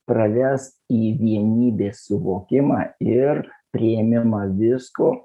pravest į vienybės suvokimą ir priėmimą visko